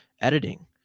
editing